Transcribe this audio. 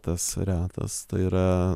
tas retas tai yra